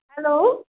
hello